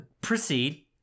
Proceed